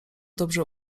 dobrze